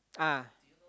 ah